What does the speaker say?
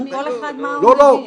בסדר, כל אחד מה שהוא מבין.